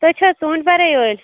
تُہۍ چھُو حظ ژوٗنٛٹھۍ بَرٲے وٲلۍ